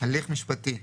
'הליך משפטי'